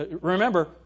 remember